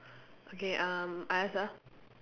okay um I ask ah